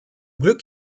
glück